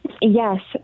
Yes